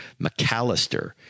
McAllister